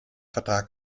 vertrag